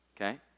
Okay